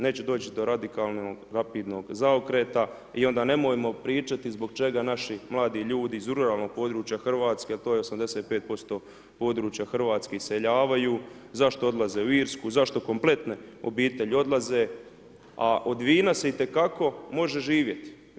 Neće doći do radikalnog, rapidnog zaokreta i onda nemojmo pričati zbog čega naši mladi ljudi iz ruralnog područja Hrvatske, to je 85% područja Hrvatske iseljavaju, zašto odlaze u Irsku, zašto kompletne obitelji odlaze, a od vina se itekako može živjeti.